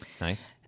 Nice